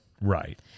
Right